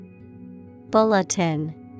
Bulletin